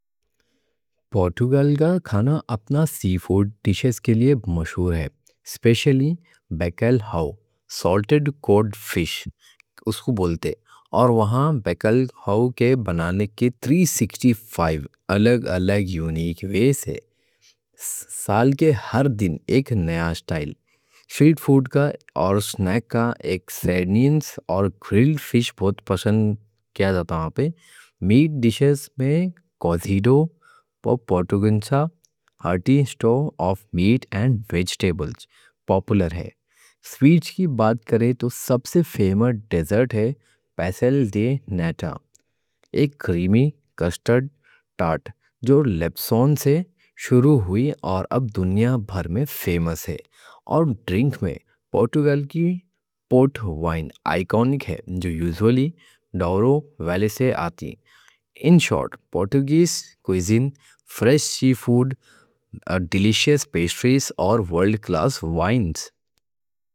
پرتگال کا کھانا اپنا سی فوڈ ڈشز کے لیے مشہور ہے، سپیشلی بکلہاؤ، سالٹڈ کوڈ فِش اس کو بولتے۔ اور وہاں بکلہاؤ کے بنانے کے تری سکٹی فائیو الگ الگ یونیک ویز ہے، سال کے ہر دن ایک نیا اسٹائل۔ سنیکس، سارڈینز اور گرِل فِش بہت پسند کیا جاتا۔ میٹ ڈشز میں کوزیدو پرتگیزا ایک ہارٹی اسٹُو آف میٹ اینڈ ویجٹیبلز پاپولر ہے۔ سویٹ کی بات کرے تو سب سے فیمس ڈیزرٹ پاستیل دی ناتا، ایک کریمی کسٹرڈ ٹارٹ جو لزبن سے شروع ہوئی اور اب دنیا بھر میں فیمس۔ اور ڈرنک میں پرتگال کی پورٹ وائن آئیکونک ہے جو یوزولی ڈورو ویلی سے آتی۔ پرتگال کی کوزین، فریش سی فوڈ، ڈیلیشس پیسٹریز اور ورلڈ کلاس وائنز۔